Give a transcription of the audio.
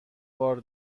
بار